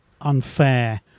unfair